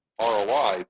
ROI